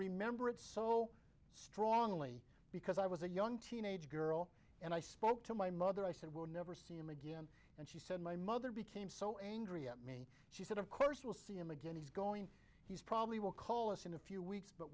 remember it so strongly because i was a young teenage girl and i spoke to my mother i said we would never see him and she said my mother became so angry at me she said of course we'll see him again he's going he's probably will call us in a few weeks but